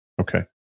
Okay